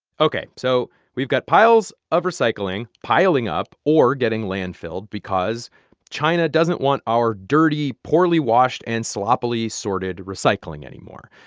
ok. so we've got piles of recycling piling up or getting landfilled because china doesn't want our dirty, poorly washed and sloppily sorted recycling anymore.